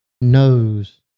knows